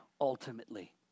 ultimately